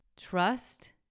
Trust